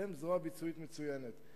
אתם זרוע ביצועית מצוינת.